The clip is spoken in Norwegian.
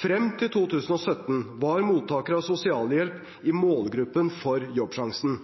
Frem til 2017 var mottakere av sosialhjelp i målgruppen for Jobbsjansen.